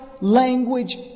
language